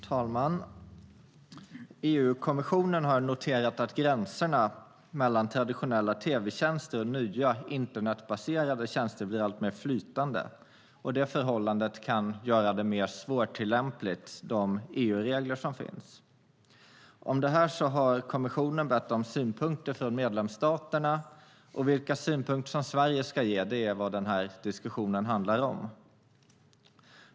Fru talman! EU-kommissionen har noterat att gränserna mellan traditionella tv-tjänster och nya internetbaserade tjänster blir alltmer flytande. Det förhållandet kan göra de EU-regler som finns svårare att tillämpa. Om detta har kommissionen bett om synpunkter från medlemsstaterna, och vilka synpunkter Sverige ska framföra är vad den här diskussionen handlar om.